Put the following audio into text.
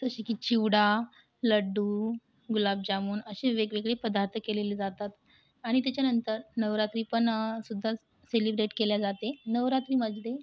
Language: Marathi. जसे की चिवडा लड्डू गुलाबजामून असे वेगवेगळे पदार्थ केलेले जातात आणि त्याच्यानंतर नवरात्री पण सुद्धा सेलिब्रेट केल्या जाते नवरात्रीमध्ये